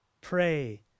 Pray